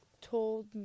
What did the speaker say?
Told